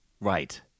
Right